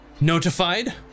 notified